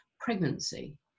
pregnancy